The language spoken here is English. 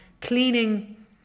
cleaning